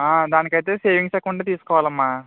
ఆ దానికి అయితే సేవింగ్స్ అకౌంటే తీసుకోవాలమ్మా